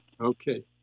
Okay